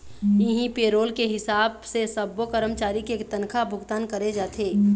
इहीं पेरोल के हिसाब से सब्बो करमचारी के तनखा भुगतान करे जाथे